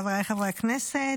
חבריי חברי הכנסת,